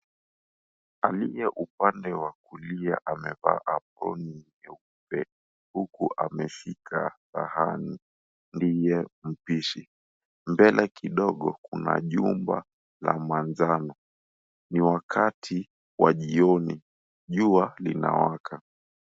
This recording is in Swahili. Aliye upande wa kulia amevaa apron nyeupe huku ameshika sahani, ndiye mpishi, mbele kidogo kuna jumba la manjano. Ni wakati wa jioni jua linawaka.